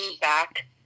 back